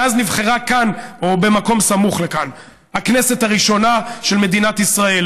מאז נבחרה כאן או במקום סמוך לכאן הכנסת הראשונה של מדינת ישראל,